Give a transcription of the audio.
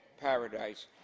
paradise